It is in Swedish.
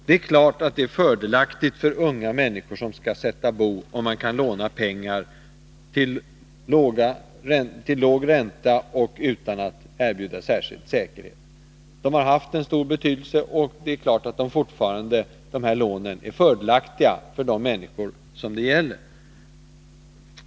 Det är klart att det är fördelaktigt för unga människor som skall sätta bo om man kan låna pengar till låg ränta och utan att erbjuda särskild säkerhet. Lånen har haft en stor betydelse, och de är givetvis fortfarande fördelaktiga för de människor det gäller.